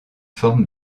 forme